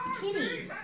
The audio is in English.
Kitty